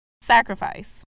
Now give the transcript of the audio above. Sacrifice